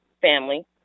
family